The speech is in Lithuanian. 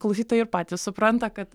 klausytojai ir patys supranta kad